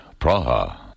Praha